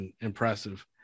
impressive